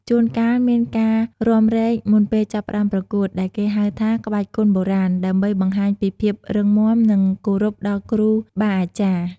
ជួនកាលមានការរាំរែកមុនពេលចាប់ផ្ដើមប្រកួត ដែលគេហៅថា ក្បាច់គុណបុរាណ ដើម្បីបង្ហាញពីភាពរឹងមាំ និងគោរពដល់គ្រូបាអាចារ្យ។